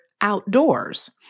outdoors